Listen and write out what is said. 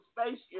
spaceship